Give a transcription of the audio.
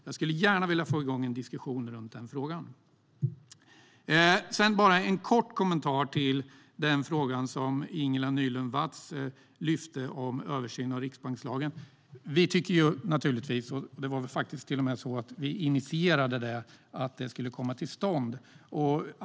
Jag skulle gärna vilja få igång en diskussion runt den frågan. Jag har en kort kommentar till den fråga som Ingela Nylund Watz lyfte upp och som rör översyn av riksbankslagen. Det var faktiskt vi som initierade att en sådan skulle komma till stånd.